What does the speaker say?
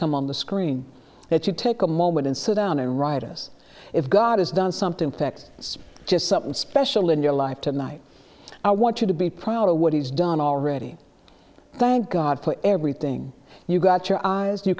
come on the screen that you take a moment and sit around and write us if god has done something protect it's just something special in your life tonight i want you to be proud of what he's done already thank god for everything you've got your eyes you